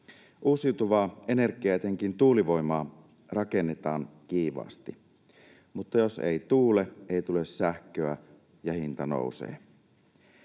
Uusiutuvaa energiaa ja etenkin tuulivoimaa rakennetaan kiivaasti, mutta jos ei tuule, ei tule sähköä ja hinta nousee.